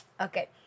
okay